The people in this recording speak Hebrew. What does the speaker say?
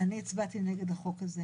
אני הצבעתי נגד החוק הזה